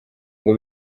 ngo